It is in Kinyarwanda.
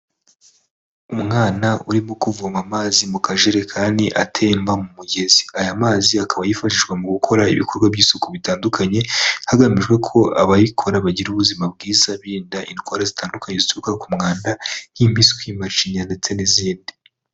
Umwana urimo kuvoma amazi mu kajerekani atemba mu mugezi, aya mazi akaba yifashishwa mu gukora ibikorwa by'isuku bitandukanye hagamijwe ko abayikora bagira ubuzima bwiza birinda indwara zitandukanye zituruka ku mwanda nk'impiswi, macinya, ndetse n'izindi.